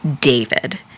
David